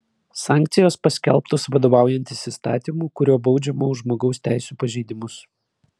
sankcijos paskelbtos vadovaujantis įstatymu kuriuo baudžiama už žmogaus teisių pažeidimus